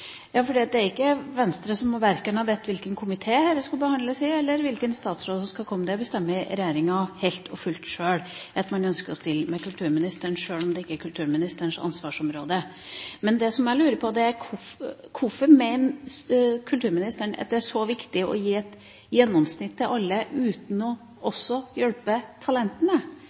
Det er ikke Venstre som har bedt om verken hvilken komité dette skulle behandles i, eller hvilken statsråd som skulle komme. Regjeringa bestemmer helt og fullt at man ønsker å stille med kulturministeren sjøl om det ikke er kulturministerens ansvarsområde. Men det jeg lurer på, er: Hvorfor mener kulturministeren at det er så viktig å gi et gjennomsnitt til alle uten også å hjelpe talentene?